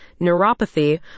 neuropathy